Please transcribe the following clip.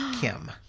Kim